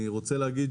אני רוצה להגיד